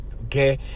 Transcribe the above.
Okay